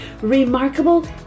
remarkable